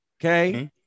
Okay